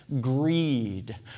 greed